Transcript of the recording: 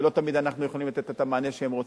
ולא תמיד אנחנו יכולים לתת את המענה שהם רוצים,